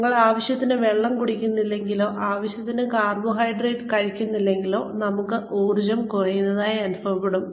നമ്മൾ ആവശ്യത്തിന് വെള്ളം ഉപയോഗിക്കുന്നില്ലെങ്കിലോ ആവശ്യത്തിന് കാർബോഹൈഡ്രേറ്റ് കഴിക്കുന്നില്ലെങ്കിലോ നമുക്ക് ഊർജം കുറയുന്നതായി അനുഭവപ്പെടും